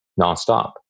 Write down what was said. nonstop